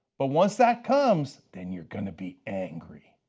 but once that comes, then you're going to be angry.